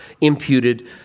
imputed